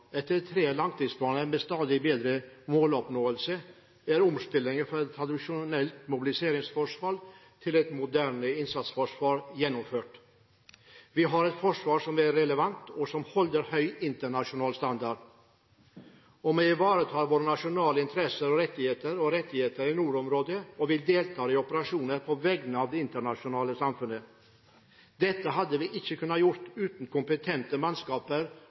Etter tre langtidsplaner med stadig bedre måloppnåelse er omstillingen fra et tradisjonelt mobiliseringsforsvar til et moderne innsatsforsvar gjennomført. Vi har et forsvar som er relevant, og som holder høy internasjonal standard. Vi ivaretar våre nasjonale interesser og rettigheter, og rettigheter i nordområdene, og vi deltar i operasjoner på vegne av det internasjonale samfunnet. Dette hadde vi